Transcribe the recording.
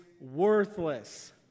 worthless